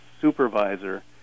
supervisor